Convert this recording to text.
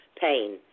pain